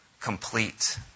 complete